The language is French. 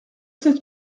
sept